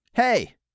Hey